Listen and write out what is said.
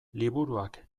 liburuak